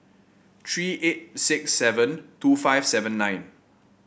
three eight six seven two five seven nine